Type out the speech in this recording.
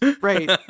Right